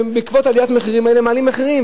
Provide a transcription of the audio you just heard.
שבעקבות עליית המחירים הזאת מעלים מחירים,